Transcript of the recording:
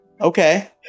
Okay